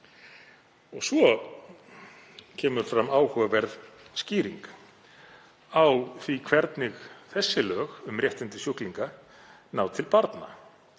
Svo kemur fram áhugaverð skýring á því hvernig þessi lög um réttindi sjúklinga ná til barna